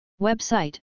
Website